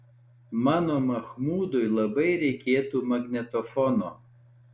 mano machmudui labai reikėtų magnetofono